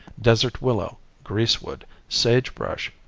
desert willow, greasewood, sage brush,